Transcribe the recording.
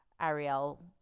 Ariel